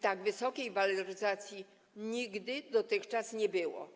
Tak wysokiej waloryzacji nigdy dotychczas nie było.